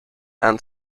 and